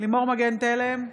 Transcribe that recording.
לימור מגן תלם,